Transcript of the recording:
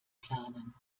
planen